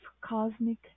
cosmic